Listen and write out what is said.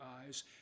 eyes